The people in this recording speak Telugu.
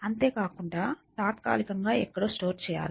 అంతే కాకుండా తాత్కాలికంగా ఎక్కడో స్టోర్ చేయాలి